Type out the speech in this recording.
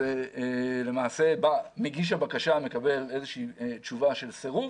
למעשה מגיש הבקשה מקבל איזושהי תשובה של סירוב